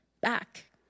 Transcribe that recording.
back